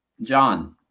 John